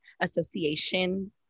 Association